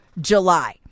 July